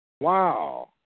Wow